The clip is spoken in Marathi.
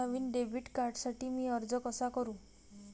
नवीन डेबिट कार्डसाठी मी अर्ज कसा करू?